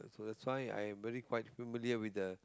that's why I'm very quite familiar with the